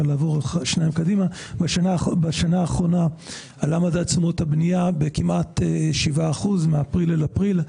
בשנה האחרונה עלה מדד תשומות הבנייה בכמעט 7% מאפריל לאפריל.